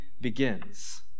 begins